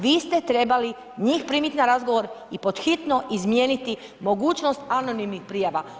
Vi ste trebali njih primiti na razgovor i pod hitno izmijeniti mogućnost anonimnih prijava.